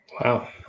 Wow